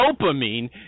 Dopamine